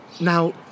now